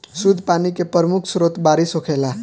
शुद्ध पानी के प्रमुख स्रोत बारिश होखेला